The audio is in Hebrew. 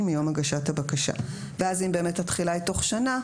מיום הגשת הבקשה." ואם התחילה היא תוך שנה,